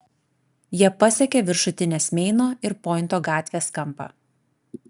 jie pasiekė viršutinės meino ir pointo gatvės kampą